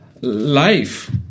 life